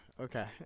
Okay